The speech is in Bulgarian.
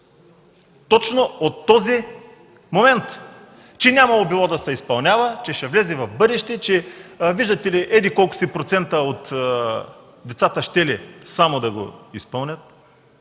точно от този момент – че нямало било да се изпълнява, че ще влезе в бъдеще, че, виждате ли, само еди-колко си процента от децата щели да го изпълнят.